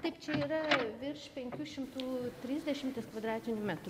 taip čia yra virš penkių šimtų trisdešimties kvadratinių metrų